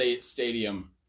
stadium